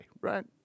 right